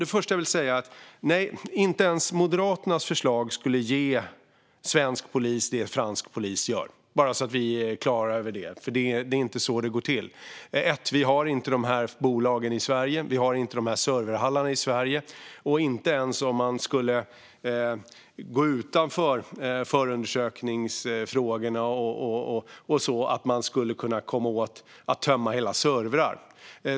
Det första jag vill säga är att inte ens Moderaternas förslag skulle ge svensk polis det som fransk polis har, bara så att vi är klara över det. Det är inte så det går till. Vi har inte de här bolagen i Sverige, vi har inte de här serverhallarna i Sverige och inte ens om man skulle gå utanför förundersökningsfrågorna skulle man kunna komma åt att tömma hela servrar.